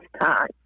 time